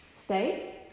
Stay